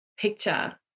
picture